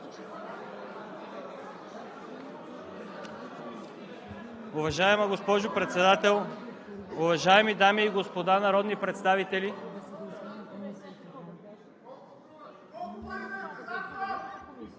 Уважаема госпожо Председател, уважаеми дами и господа народни представители!